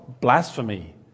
blasphemy